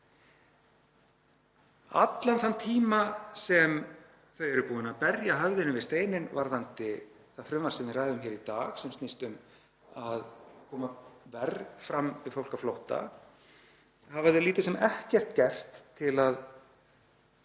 Allan þann tíma sem þau eru búin að berja höfðinu við steininn varðandi það frumvarp sem við ræðum hér í dag, sem snýst um að koma verr fram við fólk á flótta, hafa þau lítið sem ekkert gert til að